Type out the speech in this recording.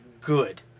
good